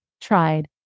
tried